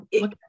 look